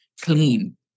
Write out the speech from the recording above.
clean